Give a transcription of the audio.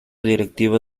directivo